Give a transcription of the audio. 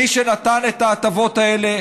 מי שנתן את ההטבות האלה,